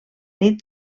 nit